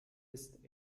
ist